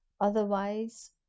Otherwise